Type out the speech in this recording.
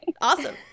Awesome